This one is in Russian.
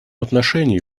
отношении